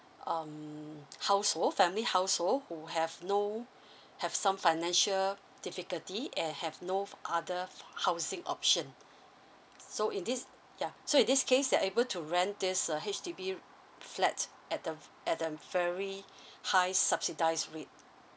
um household family household who have no have some financial difficulty and have no other housing option so in this ya so in this case they're able to rent these uh H_D_B flats at the at a very high subsidise rate